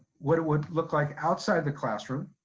would would look like outside the classroom,